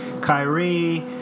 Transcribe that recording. Kyrie